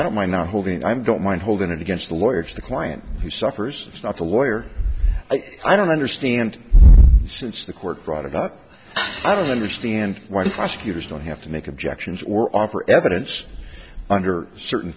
i don't mind not holding i don't mind holding it against the lawyers the client who suffers is not the lawyer i don't understand since the court brought it up i don't understand why the prosecutors don't have to make objections or offer evidence under certain